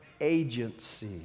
agency